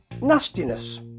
nastiness